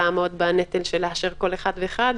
לא יכולים לעמוד בנטל לאשר כל אחד ואחד,